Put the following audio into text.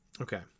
Okay